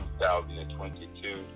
2022